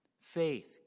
faith